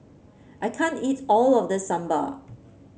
I can't eat all of this Sambar